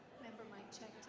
my check,